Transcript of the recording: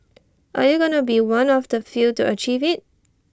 are you gonna be one of the few to achieve IT